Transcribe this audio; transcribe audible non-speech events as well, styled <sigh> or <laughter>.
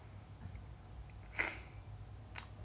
<breath> <noise>